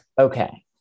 Okay